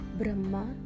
Brahma